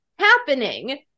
happening